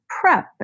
prep